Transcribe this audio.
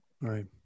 Right